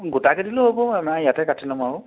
গোটাকৈ দিলেও হ'ব আমাৰ ইয়াতে কাটি ল'ম আৰু